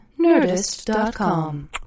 nerdist.com